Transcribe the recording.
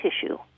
tissue